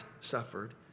suffered